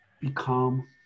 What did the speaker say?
become